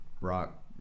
rock